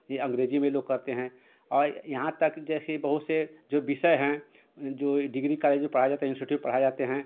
ये अंगरेजीए में लोग करते हैं यहाँ तक जैसी बहुत से जो विषय हैं जो डिग्री कॅालेज में पढ़ाए जाते हैं इंस्टीट्यूट पढ़ाए रहते हैं